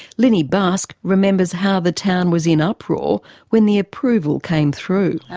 lynnie busk remembers how the town was in uproar when the approval came through.